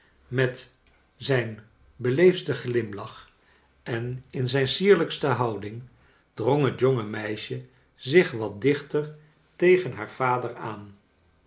met zijn beleefdsten glimlach en in zijn sierlijkste houding drong het jonge meisje zich wat dichter tegen haar vader aan